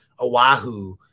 Oahu